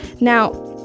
Now